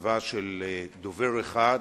הקצבה של דובר אחד,